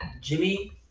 jimmy